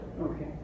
Okay